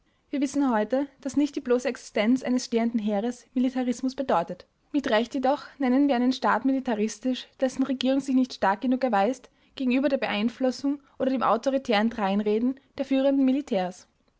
wir wissen heute daß nicht die bloße existenz eines stehenden heeres militarismus bedeutet mit recht jedoch nennen wir einen staat militaristisch dessen regierung sich nicht stark genug erweist gegenüber der beeinflussung oder dem autoritären dreinreden der führenden militärs